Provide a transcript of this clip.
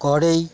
କଡ଼େଇ